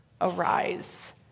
Arise